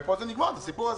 ופה נגמר הסיפור הזה.